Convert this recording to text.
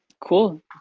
Cool